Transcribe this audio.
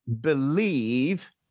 believe